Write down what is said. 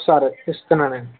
సరే ఇస్తున్నానండి